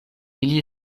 ili